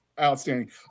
Outstanding